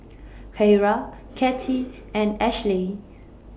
Keira Cathey and Ashleigh